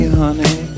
honey